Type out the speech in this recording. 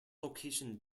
location